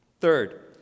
Third